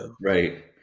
Right